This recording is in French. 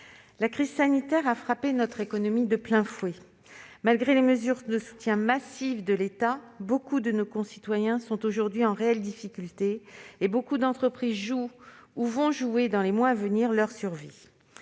la crise sanitaire a frappé notre économie de plein fouet. Malgré les mesures de soutien massives de l'État, nombre de nos concitoyens sont aujourd'hui en réelle difficulté et nombre d'entreprises jouent, ou joueront dans les mois à venir, leur survie.